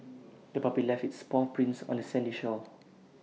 the puppy left its paw prints on the sandy shore